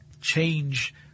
change